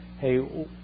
hey